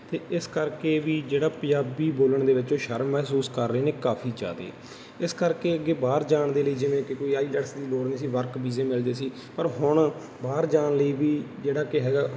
ਅਤੇ ਇਸ ਕਰਕੇ ਵੀ ਜਿਹੜਾ ਪੰਜਾਬੀ ਬੋਲਣ ਦੇ ਵਿੱਚ ਸ਼ਰਮ ਮਹਿਸੂਸ ਕਰ ਰਹੇ ਨੇ ਕਾਫੀ ਜ਼ਿਆਦਾ ਇਸ ਕਰਕੇ ਅੱਗੇ ਬਾਹਰ ਜਾਣ ਦੇ ਲਈ ਜਿਵੇਂ ਕਿ ਕੋਈ ਆਈਲੈਟਸ ਦੀ ਲੋੜ ਨਹੀਂ ਸੀ ਵਰਕ ਵੀਜ਼ੇ ਮਿਲਦੇ ਸੀ ਪਰ ਹੁਣ ਬਾਹਰ ਜਾਣ ਲਈ ਵੀ ਜਿਹੜਾ ਕਿ ਹੈਗਾ